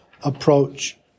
approach